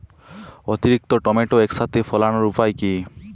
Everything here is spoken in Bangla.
অতিরিক্ত টমেটো একসাথে ফলানোর উপায় কী?